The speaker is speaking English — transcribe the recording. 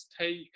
take